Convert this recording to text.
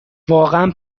واقعا